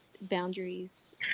boundaries